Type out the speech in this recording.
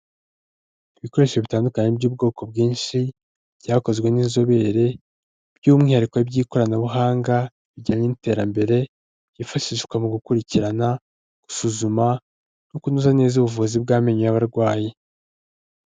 Ibikoresho bitandukanye by'ubwoko bwinshi byakozwe n'inzobere by'umwihariko iby'ikoranabuhanga bijyanye n'iterambere, byifashishwa mu gukurikirana, gusuzuma no kunoza neza ubuvuzi bw'amenyo y'abarwayi.